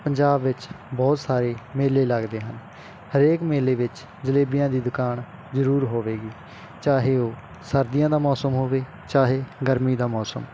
ਪੰਜਾਬ ਵਿੱਚ ਬਹੁਤ ਸਾਰੇ ਮੇਲੇ ਲੱਗਦੇ ਹਨ ਹਰੇਕ ਮੇਲੇ ਵਿੱਚ ਜਲੇਬੀਆਂ ਦੀ ਦੁਕਾਨ ਜ਼ਰੂਰ ਹੋਵੇਗੀ ਚਾਹੇ ਉਹ ਸਰਦੀਆਂ ਦਾ ਮੌਸਮ ਹੋਵੇ ਚਾਹੇ ਗਰਮੀ ਦਾ ਮੌਸਮ